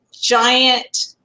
giant